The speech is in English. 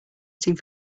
getting